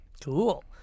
Cool